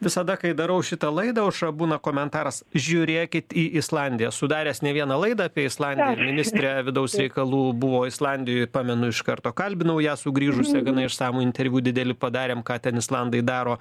visada kai darau šitą laidą aušra būna komentaras žiūrėkit į islandiją esu daręs ne vieną laidą apie islandiją ir ministrė vidaus reikalų buvo islandijoj pamenu iš karto kalbinau ją sugrįžusią gana išsamų interviu didelį padarėm ką ten islandai daro